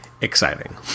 Exciting